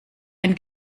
ein